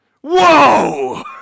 Whoa